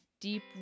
deep